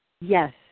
Yes